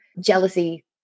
jealousy